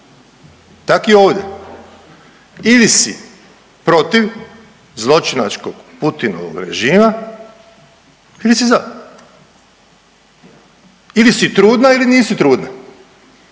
Tak i ovdje ili si protiv zločinačkog Putinovog režima ili si za. Ili si trudna ili nisi trudna